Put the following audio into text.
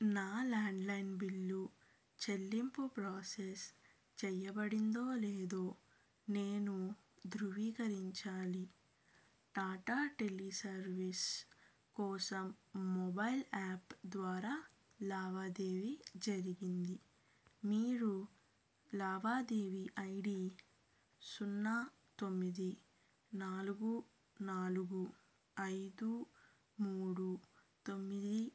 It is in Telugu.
నా ల్యాండ్లైన్ బిల్లు చెల్లింపు ప్రోసెస్ చెయ్యబడిందో లేదో నేను ధృవీకరించాలి టాటా టెలి సర్వీస్ కోసం మొబైల్ యాప్ ద్వారా లావాదేవీ జరిగింది మీరు లావాదేవీ ఐ డి సున్నా తొమ్మిది నాలుగు నాలుగు ఐదు మూడు తొమ్మిది